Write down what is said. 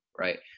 Right